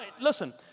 Listen